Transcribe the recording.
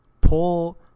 pull